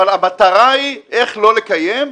אבל המטרה היא איך לא לקיים,